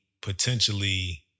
potentially